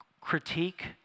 critique